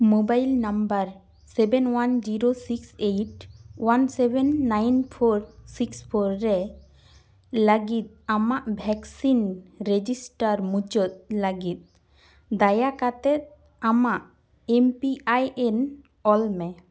mobile number seven one zero six eight one seven nine four six four ᱼᱨᱮ ᱞᱟᱜᱤᱫ ᱟᱢᱟᱜ vaccine register ᱢᱩᱪᱟᱹᱫᱽ ᱞᱟ ᱜᱤᱫ ᱫᱟᱭᱟ ᱠᱟᱛᱮᱫ ᱟᱢᱟᱜ ᱮᱢ ᱯᱤ ᱟᱭ ᱮᱱ ᱚᱞᱢᱮ